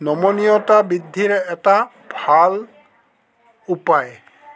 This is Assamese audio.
নমনীয়তা বৃদ্ধিৰ এটা ভাল উপায়